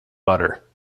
butter